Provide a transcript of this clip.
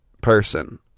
person